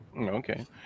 Okay